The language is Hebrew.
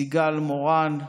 סיגל מורן,